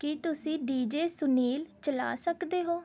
ਕੀ ਤੁਸੀਂ D J Sunil ਚਲਾ ਸਕਦੇ ਹੋ